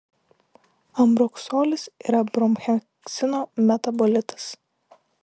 ambroksolis yra bromheksino metabolitas